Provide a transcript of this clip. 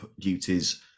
duties